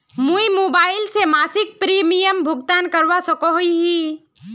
मुई अपना मोबाईल से मासिक प्रीमियमेर भुगतान करवा सकोहो ही?